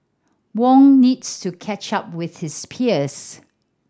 Wong needs to catch up with his peers